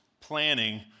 planning